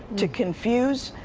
to confuse,